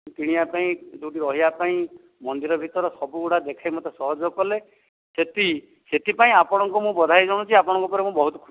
କିଣିବା ପାଇଁ ଯୋଉଠି ରହିବା ପାଇଁ ମନ୍ଦିର ଭିତର ସବୁଗୁଡ଼ା ଦେଖେଇ ମୋତେ ସହଯୋଗ କଲେ ସେଥି ସେଥିପାଇଁ ଆପଣଙ୍କୁ ମୁଁ ବଧାଇ ଦେଉଛି ମୁଁ ଆପଣଙ୍କ ଉପରେ ବହୁତ ଖୁସି